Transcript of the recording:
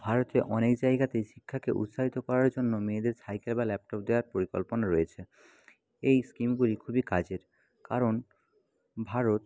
ভারতে অনেক জায়গাতেই শিক্ষাকে উৎসাহিত করার জন্য মেয়েদের সাইকেল বা ল্যাপটপ দেওয়ার পরিকল্পনা রয়েছে এই স্কিমগুলি খুবই কাজের কারণ ভারত